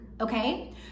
okay